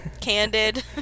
candid